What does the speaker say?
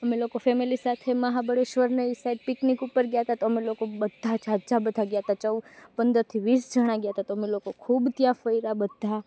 અમે લોકો ફેમેલી સાથે મહાબળેશ્વરને એ સાઇડ પિકનિક ઉપર ગયાં હતાં તો અમે લોકો બધાં ઝાઝા બધા ગયાં હતાં પંદરથી વીસ જણા ગયાં હતાં તો અમે લોકો ખૂબ ત્યાં ફર્યા બધાં